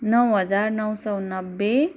नौ हजार नौ सय नब्बे